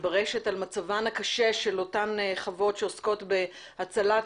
ברשת על מצבן הקשה של אותן חוות שעוסקות בהצלת